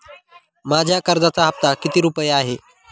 माझ्या कर्जाचा हफ्ता किती रुपये आहे?